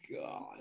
God